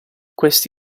questi